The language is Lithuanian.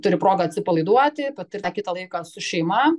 turi progą atsipalaiduoti patirt tą kitą laiką su šeima